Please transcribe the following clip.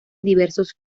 diversos